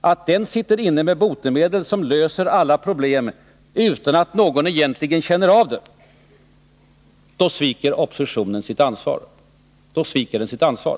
att den sitter inne med botemedel som löser alla problem utan att någon egentligen känner av det, då sviker den sitt ansvar.